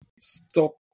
stop